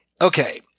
Okay